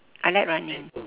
I like running